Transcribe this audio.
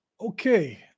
Okay